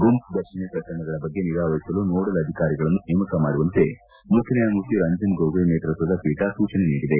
ಗುಂಪು ಫರ್ಷಣೆ ಪ್ರಕರಣಗಳ ಬಗ್ಗೆ ನಿಗಾವಹಿಸಲು ನೋಡಲ್ ಅದಿಕಾರಿಯನ್ನು ನೇಮಕ ಮಾಡುವಂತೆ ಮುಖ್ಜನ್ಯಾಯಮೂರ್ತಿ ರಂಜನ್ ಗೊಗಯ್ ನೇತೃತ್ವದ ಪೀಠ ಸೂಚನೆ ನೀಡಿದೆ